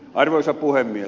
arvoisa puhemies